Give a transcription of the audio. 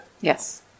Yes